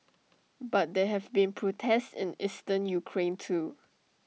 but there have been protests in eastern Ukraine too